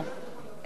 אינו נוכח